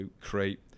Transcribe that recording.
create